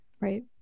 Right